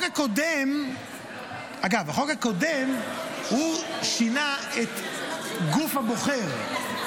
החוק הקודם, אגב, שינה את גוף הבוחר.